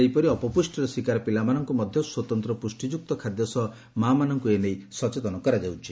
ସେହିପରି ଅପପୁଷ୍ଟିର ଶିକାର ପିଲାମାନଙ୍କୁ ମଧ ସ୍ୱତନ୍ତ ପୁଷ୍ଟିଯୁକ୍ତ ଖାଦ୍ୟ ସହ ମାମାନଙ୍କୁ ଏନେଇ ସଚେତନ କରାଯାଉଛି